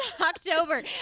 October